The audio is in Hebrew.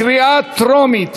קריאה טרומית.